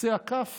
בקצה הכף